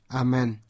amen